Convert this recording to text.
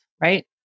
right